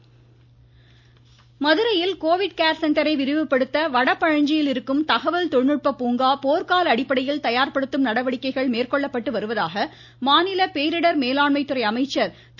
உதயகுமார் மதுரையில் Covid care சென்டரை விரிவுபடுத்த வடபழஞ்சியில் இருக்கும் தகவல் தொழில்நுட்ப பூங்கா போர்க்கால அடிப்படையில் தயார்படுத்தும் நடவடிக்கைகள் மேற்கொள்ளப்பட்டு வருவதாக மாநில பேரிடர் மேலாண்மைத்துறை அமைச்சர் திரு